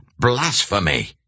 blasphemy